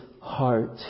heart